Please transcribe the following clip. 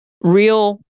real